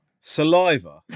Saliva